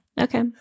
Okay